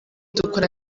dukora